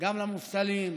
גם למובטלים,